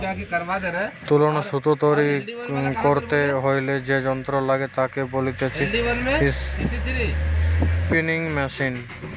তুলো নু সুতো তৈরী করতে হইলে যে যন্ত্র লাগে তাকে বলতিছে স্পিনিং মেশিন